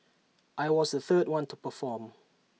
I was the third one to perform